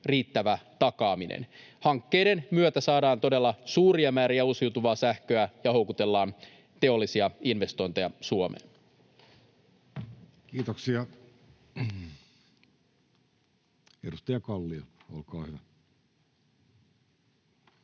riittävä takaaminen. Hankkeiden myötä saadaan todella suuria määriä uusiutuvaa sähköä ja houkutellaan teollisia investointeja Suomeen. [Speech 102] Speaker: Jussi Halla-aho